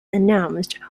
announced